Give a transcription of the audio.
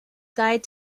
guide